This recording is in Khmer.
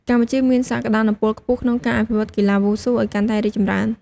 កម្ពុជាមានសក្ដានុពលខ្ពស់ក្នុងការអភិវឌ្ឍន៍កីឡាវ៉ូស៊ូឲ្យកាន់តែរីកចម្រើន។